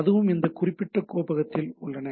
அதுவும் அந்த குறிப்பிட்ட கோப்பகத்தில் உள்ளன